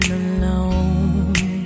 alone